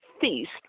feast